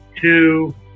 two